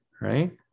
right